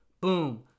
boom